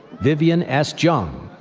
vivian s. jung.